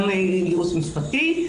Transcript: גם ייעוץ משפטי,